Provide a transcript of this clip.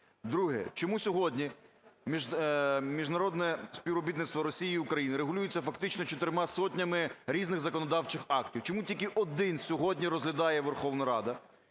Друге. Чому сьогодні міжнародне співробітництво Росії й України регулюється фактично чотирма сотнями різних законодавчих актів. Чому тільки один сьогодні розглядає Верховна Рада?